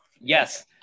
Yes